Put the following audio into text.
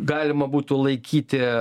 galima būtų laikyti